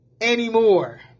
anymore